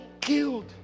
killed